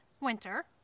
winter